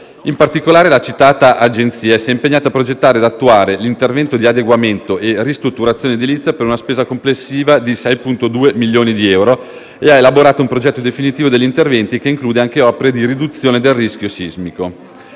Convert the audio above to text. In particolare, la citata Agenzia si è impegnata a progettare ed attuare l'intervento di adeguamento e ristrutturazione edilizia, per una spesa complessiva di 6,2 milioni di euro, ed ha elaborato un progetto definitivo degli interventi, che include anche opere di riduzione del rischio sismico.